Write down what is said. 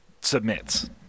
submits